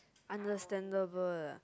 understandable lah